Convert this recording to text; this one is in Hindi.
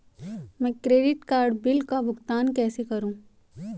मैं क्रेडिट कार्ड बिल का भुगतान कैसे करूं?